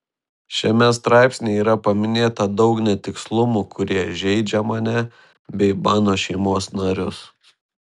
šiame straipsnyje yra paminėta daug netikslumų kurie žeidžia mane bei mano šeimos narius